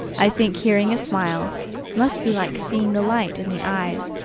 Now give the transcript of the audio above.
i think hearing a smile must be like seeing the light in the eyes,